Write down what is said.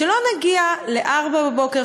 שלא נגיע ל-04:00,